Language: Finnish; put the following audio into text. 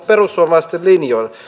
perussuomalaisten linjoille